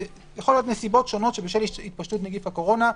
יכולות להיות נסיבות שונות שבשל התפשטות נגיף הקורונה,